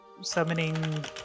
Summoning